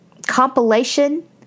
compilation